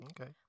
okay